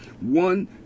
One